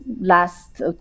last